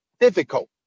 difficult